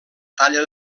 talla